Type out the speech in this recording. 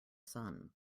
sun